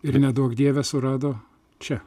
ir neduok dieve surado čia